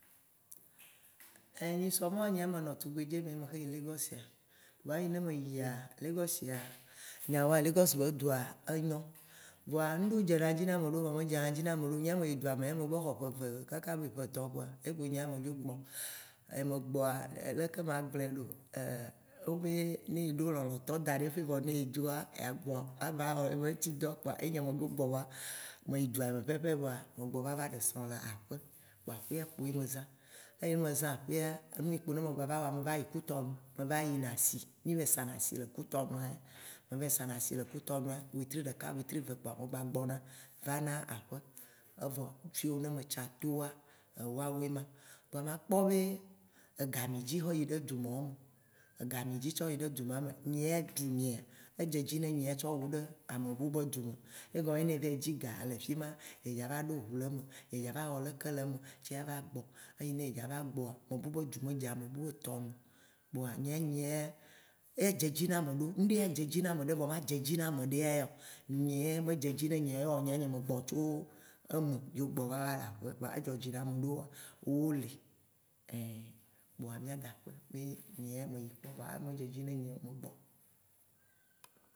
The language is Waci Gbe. Nyisɔ mawo nye ya menɔ tugbedze me, me tsɔ yi Lagos, vɔa eyi ne meyia, Lagos nyawoa lagos be dzua enyo, vɔa ŋɖewo dze na dzi na ameɖewo vɔa me dze na dzi na meɖewo. Nyea me yi dzua me, yi ye me gbe wɔ ƒe eve tsɔ na etɔ kpoa ye nyea me dzo gbɔ. Megbɔa, leke ma gblɔe ɖo? Wo be ne ye ɖo lɔ̃tɔ daɖi keŋgbo ne edzoa, ya gbɔ, agba wɔ ye be ŋtidɔ kpoa ye nyea medzo gbɔ va. Me yi dzua me pɛpɛpɛ voa, megbɔ va va ɖe srɔ̃ le aƒe, kpoa aƒea kpoe me zã. Eyi ne me zã aƒea, enuyi kpo ne me gba va wɔa, me va yi kutɔnu, me va yina asi, mì va yi sana asi le kutɔnua. Me va yi sana asi le kutɔnua wetri ɖeka wetri ve kpɔa megba gbɔ vana aƒe, evɔ, fiyi ne metsa to, woawoe nɔwo. Voa makpɔ be, ega mì dzi tsɔ yi ɖe du mɔwo me, ega mì dzi tsɔyi. Nye ya dzu nye edze edzi ne nye ya tsɔ wu amebu be dzu me, egɔme ye nyi be: ne evayi dzi ga le fima, eya va ɖo ƒu le eme, eya va wɔ leke le eme ce ava gbɔ. Eyi ne edza va gbɔa, mebu be dzu me dzena amebu tɔ nu o. Kpoa nyea nye ya, edze edzi na meɖowo, ŋɖe adze edzi na meɖowo vɔa ma dze edzi na ameɖe ya o. Nye ya medze edzi ne nye ya ya o ye wɔ nyea megbɔ tso eme dzo gbo va le aƒe. Vɔa edzɔ dzi na ameɖewo ya, woli ein kpoa mìada akpe, be nyea meyi kpɔ kpoa a medze edzi na nye me kpoa